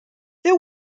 there